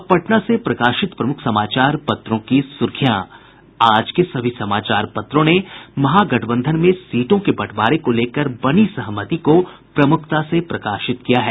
अब पटना से प्रकाशित प्रमुख समाचार पत्रों की सुर्खियां आज के सभी समाचार पत्रों ने महागठबंधन में सीटों के बंटवारे को लेकर बनी सहमति को प्रमुखता से प्रकाशित किया है